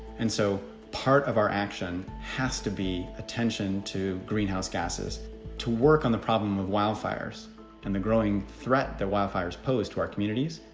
and so part of our action has to be attention to greenhouse gases to work on the problem of wildfires and the growing threat the wildfires pose to our communities.